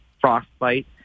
frostbite